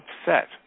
upset